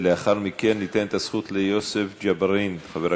ולאחר מכן ניתן את הזכות לחבר הכנסת יוסף ג'בארין להתנגד.